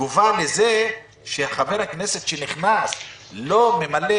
בתגובה לזה שחבר כנסת שנכנס לא ממלא